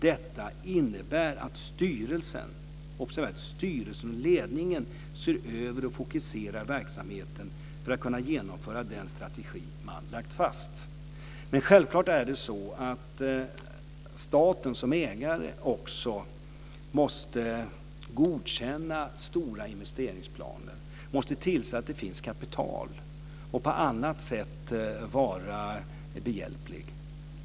Detta innebär att styrelsen och ledningen ser över och fokuserar verksamheten för att kunna genomföra den strategi man lagt fast. Självklart måste också staten som ägare godkänna stora investeringsplaner, tillse att det finns kapital och på annat sätt vara behjälplig.